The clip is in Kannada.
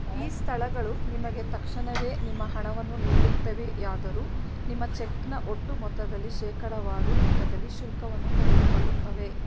ಈ ಸ್ಥಳಗಳು ನಿಮಗೆ ತಕ್ಷಣವೇ ನಿಮ್ಮ ಹಣವನ್ನು ನೀಡುತ್ತವೆ ಆದರೂ ನಿಮ್ಮ ಚೆಕ್ನ ಒಟ್ಟು ಮೊತ್ತದಲ್ಲಿ ಶೇಕಡವಾರು ಲೆಕ್ಕದಲ್ಲಿ ಶುಲ್ಕವನ್ನು ತೆಗೆದುಕೊಳ್ಳುತ್ತವೆ